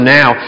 now